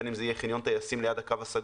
בין אם זה יהיה חניון טייסים ליד הקו הסגול,